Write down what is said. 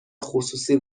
خصوصی